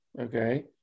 Okay